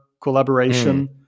collaboration